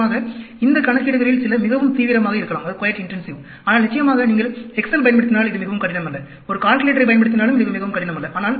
நிச்சயமாக இந்த கணக்கீடுகளில் சில மிகவும் தீவிரமாக இருக்கலாம் ஆனால் நிச்சயமாக நீங்கள் எக்செல் பயன்படுத்தினால் இது மிகவும் கடினம் அல்ல ஒரு கால்குலேட்டரைப் பயன்படுத்தினாலும் இது மிகவும் கடினம் அல்ல